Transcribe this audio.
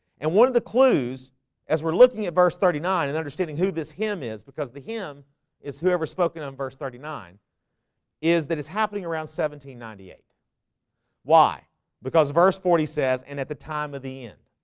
and one of the clues as we're looking at verse thirty nine and understanding who this him is because the him is whoever spoken on verse thirty nine is that it's happening around one ninety eight why because verse forty says and at the time of the end,